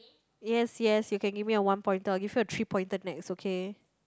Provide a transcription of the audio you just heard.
yes yes you can give me a one pointer I'll give you a three pointer next okay